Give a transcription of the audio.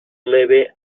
leve